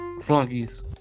Flunkies